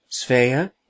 Svea